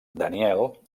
daniel